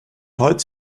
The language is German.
holz